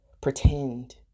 pretend